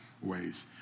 ways